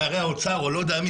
נערי האוצר או לא יודע מי,